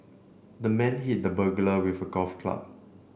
the man hit the burglar with a golf club